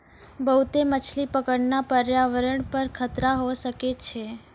बहुते मछली पकड़ना प्रयावरण पर खतरा होय सकै छै